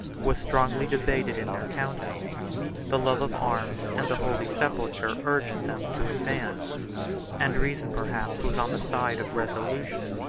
was strongly debated in their council the love of arms and the holy sepulchre urged them to advance and reason perhaps was on the side of resolution,